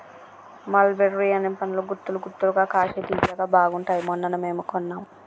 మల్ బెర్రీ అనే పండ్లు గుత్తులు గుత్తులుగా కాశి తియ్యగా బాగుంటాయ్ మొన్ననే మేము కొన్నాం